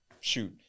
shoot